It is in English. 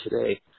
today